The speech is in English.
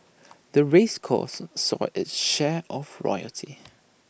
the race course saw of its share of royalty